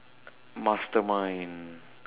mastermind